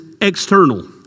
external